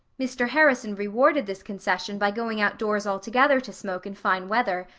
mr. harrison rewarded this concession by going outdoors altogether to smoke in fine weather,